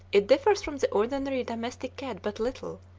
it differs from the ordinary domestic cat but little,